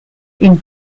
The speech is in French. une